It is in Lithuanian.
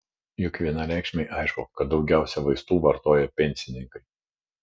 juk vienareikšmiai aišku kad daugiausiai vaistų vartoja pensininkai